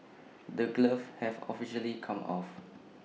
the gloves have officially come off